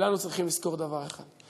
וכולנו צריכים לזכור דבר אחד,